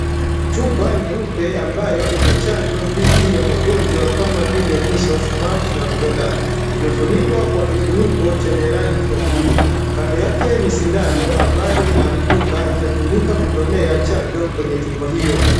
Chupa nyeupe ambayo ina chanjo dhidi ya magonjwa kama vile measles, mumps na rubela, imefunikwa kwa kifuniko chenye rangi ya buluu. Kando yake ni sindano ambayo inaaminika itatumika kutolea chanjo kwenye chupa hiyo.